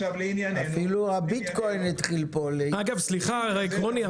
לעניינו --- אפילו הביטקויין התחיל פה --- סליחה רוני,